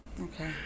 Okay